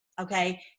okay